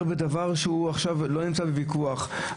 עכשיו על דבר שלא נמצא בכלל בוויכוח.